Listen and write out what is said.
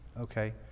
okay